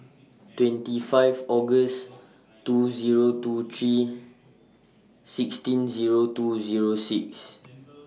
twenty five August two Zero two three sixteen Zero two Zero six